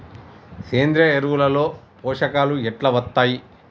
సేంద్రీయ ఎరువుల లో పోషకాలు ఎట్లా వత్తయ్?